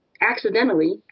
accidentally